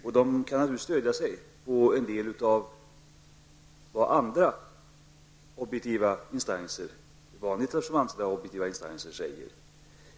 De kan naturligtvis stödja sig på en del av vad andra, vanligtvis som objektiva betrakta instanser, säger.